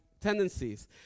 tendencies